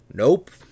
nope